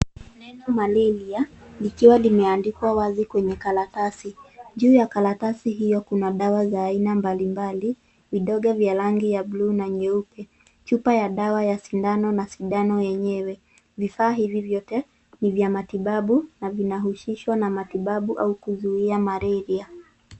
Neno malaria, likiwa limeandikwa wazi kwenye karatasi. Juu ya karatasi hio, kuna dawa za aina mbalimbali, vidonge vya rangi ya bluu na nyeupe. Chupa ya dawa ya sindano na sindano yenyewe. Vifaa hivi vyote, ni vya matibabu, na vinahusishwa na matibabu au kuzuia malaria.